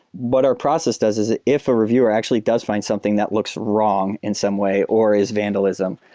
what our process does is if a reviewer actually does find something that looks wrong in some way or is vandalism,